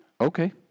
Okay